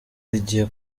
rigiye